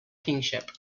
kingship